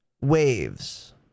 waves